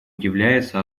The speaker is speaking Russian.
является